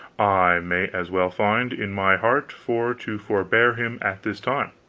i may as well find in my heart for to forbear him at this time,